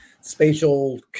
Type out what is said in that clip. spatial